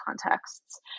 contexts